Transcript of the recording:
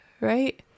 right